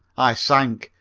i sank.